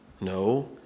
No